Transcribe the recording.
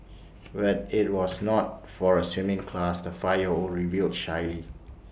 but IT was not for A swimming class the five year old revealed shyly